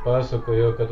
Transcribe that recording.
pasakojo kad